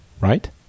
Right